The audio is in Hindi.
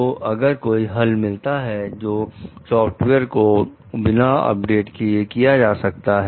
तो अगर कोई हल मिलता है जो सॉफ्टवेयर को बिना अपडेट किए किया जा सकता है